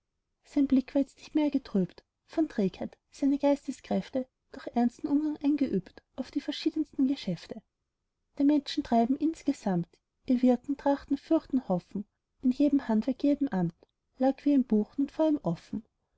sein blick war jetzt nicht mehr getrübt von trägheit seine geisteskräfte durch ernsten umgang eingeübt auf die verschiedensten geschäfte der menschen treiben insgesamt ihr wirken trachten fürchten hoffen in jedem handwerk jedem amt lag wie ein buch nun vor ihm offen